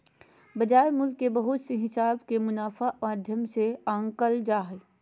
बाजार मूल्य के बहुत से हिसाब के मुनाफा माध्यम से आंकल जा हय